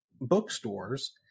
bookstores